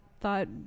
thought